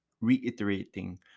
reiterating